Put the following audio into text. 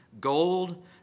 gold